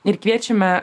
ir kviečiame